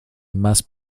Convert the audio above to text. must